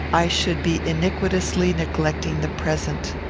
i should be iniquitously neglecting the present.